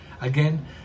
again